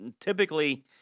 typically